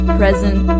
present